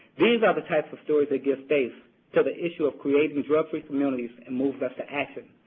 these are the types of stories that give face to the issue of creating drug-free communities and moves us to action.